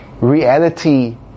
reality